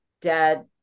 dad